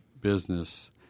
business